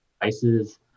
devices